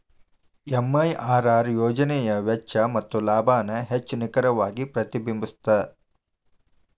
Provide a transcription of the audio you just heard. MIRR ಯೋಜನೆಯ ವೆಚ್ಚ ಮತ್ತ ಲಾಭಾನ ಹೆಚ್ಚ್ ನಿಖರವಾಗಿ ಪ್ರತಿಬಿಂಬಸ್ತ